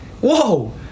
Whoa